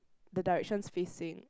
the directions facing